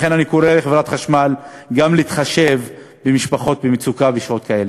לכן אני קורא לחברת החשמל גם להתחשב במשפחות במצוקה בשעות כאלה.